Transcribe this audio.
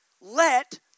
Let